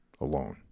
alone